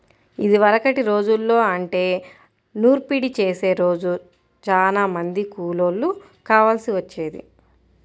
ఇదివరకటి రోజుల్లో అంటే నూర్పిడి చేసే రోజు చానా మంది కూలోళ్ళు కావాల్సి వచ్చేది